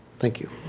thank you.